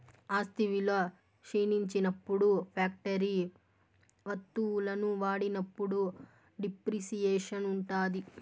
ఆస్తి విలువ క్షీణించినప్పుడు ఫ్యాక్టరీ వత్తువులను వాడినప్పుడు డిప్రిసియేషన్ ఉంటాది